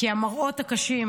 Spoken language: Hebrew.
כי המראות הקשים